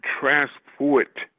transport